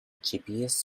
gps